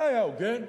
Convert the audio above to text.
זה היה הוגן,